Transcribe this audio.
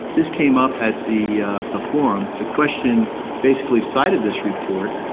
this came up at the the forum. the question basically cited this report,